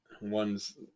one's